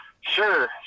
Sure